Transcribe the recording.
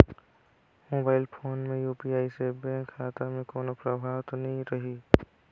Mobile phone मे UPI से bank खाता मे कोनो प्रभाव तो नइ रही?